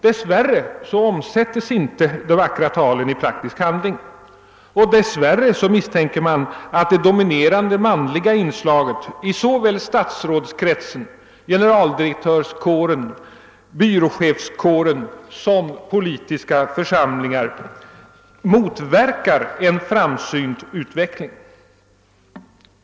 Dess värre misstänker man att det dominerande manliga inslaget i statsrådskretsen, i generaldirektörskåren, i byråchefskåren och i politiska församlingar motverkar en framsynt utveckling.